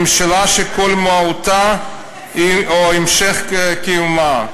ממשלה שכל מהותה הוא המשך קיומה,